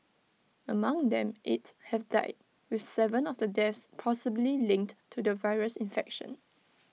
among them eight have died with Seven of the deaths possibly linked to the virus infection